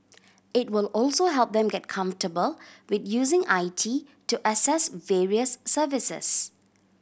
it will also help them get comfortable with using I T to access various services